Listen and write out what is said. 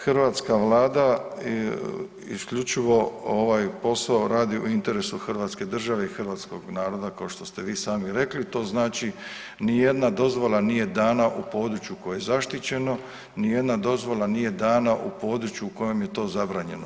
Hrvatska Vlada isključivo ovaj posao radi u interesu hrvatske države i hrvatskog naroda, kao što ste vi sami rekli, to znači nijedna dozvola nije dana u području koje je zaštićeno, nijedna dozvola nije dana u području u kojem je to zabranjeno.